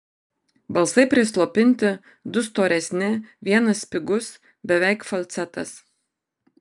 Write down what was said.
balsai prislopinti du storesni vienas spigus beveik falcetas